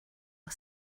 are